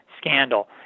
scandal